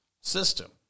system